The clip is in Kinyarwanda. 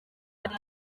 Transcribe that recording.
ari